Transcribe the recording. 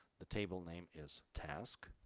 the table name is tasks,